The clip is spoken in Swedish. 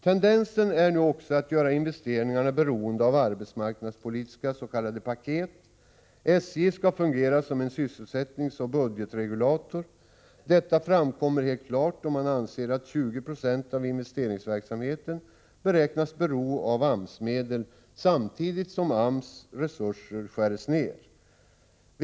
Tendensen är nu också att göra investeringarna beroende av arbetsmarknadspolitiska s.k. paket. SJ skall fungera som en sysselsättningsoch budgetregulator. Detta framkommer helt klart då man anser att 20 96 av investeringsverksamheten beräknas bero av AMS-medel samtidigt som AMS resurser skärs ner.